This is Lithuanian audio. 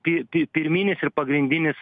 pi pi pirminis ir pagrindinis